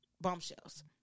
bombshells